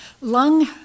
lung